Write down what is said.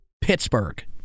Pittsburgh